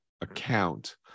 account